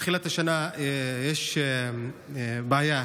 מתחילת השנה יש בעיה